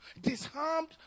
disarmed